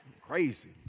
crazy